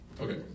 Okay